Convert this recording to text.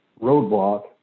roadblock